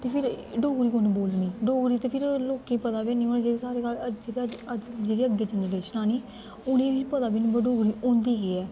ते फिर डोगरी कुन्न बोलनी डोगरी ते फिर लोकें गी पता बी हैन्नी होनी जेह्ड़ी साढ़े घर अज्ज जेह्ड़ी अज्ज जेह्ड़ी अग्गें जनरेशन आनी उ'नें गी किश पता बी निं हो भाई डोगरी होंदी केह् ऐ